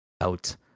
out